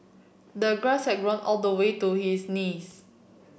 the grass had grown all the way to his knees